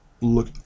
look